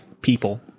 people